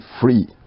free